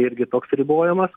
irgi toks ribojimas